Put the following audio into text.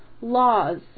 laws